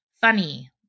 funny